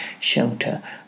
shelter